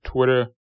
Twitter